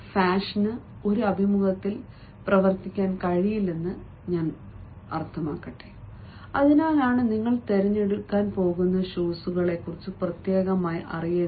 ഫാഷന് ഒരു അഭിമുഖത്തിൽ പ്രവർത്തിക്കാൻ കഴിയില്ലെന്നാണ് ഞാൻ അർത്ഥമാക്കുന്നത് അതിനാലാണ് നിങ്ങൾ തിരഞ്ഞെടുക്കാൻ പോകുന്ന ഷൂകളെക്കുറിച്ച് പ്രത്യേകമായി അറിയേണ്ടത്